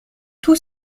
tout